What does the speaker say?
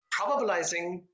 probabilizing